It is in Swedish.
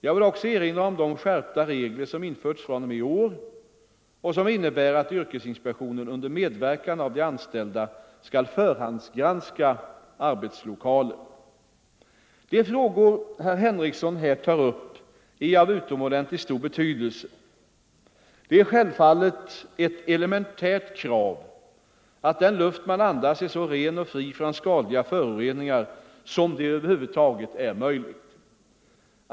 Jag vill också erinra om de skärpta regler som införts fr.o.m. i år och som innebär att yrkesinspektionen under medverkan av de anställda skall förhandsgranska arbetslokaler. De frågor herr Henrikson här tar upp är av utomordentligt stor betydelse. Det är självfallet ett elementärt krav att den luft man andas är så ren och fri från skadliga föroreningar som det över huvud taget är möjligt.